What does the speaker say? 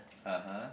(uh huh)